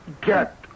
Get